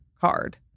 card